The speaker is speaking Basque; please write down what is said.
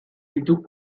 ditu